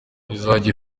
izajya